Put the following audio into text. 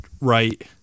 right